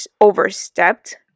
overstepped